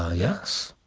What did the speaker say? ah yes.